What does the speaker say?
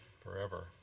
forever